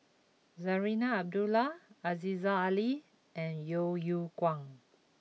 Zarinah Abdullah Aziza Ali and Yeo Yeow Kwang